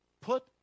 put